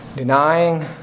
Denying